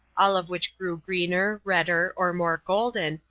all of which grew greener, redder, or more golden,